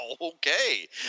okay